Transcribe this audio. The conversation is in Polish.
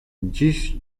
dziś